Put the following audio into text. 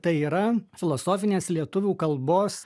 tai yra filosofinės lietuvių kalbos